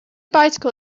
bicycle